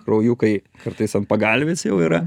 kraujukai kartais ant pagalvės jau yra